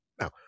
now